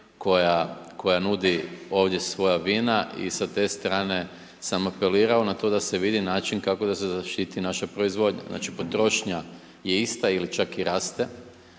koja nudi ovdje svoja vina i sa te strane sam apelirao na to da se vidi način kako da se zaštiti naša proizvodnja. Znači, potrošnja je ista ili čak i raste,